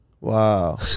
Wow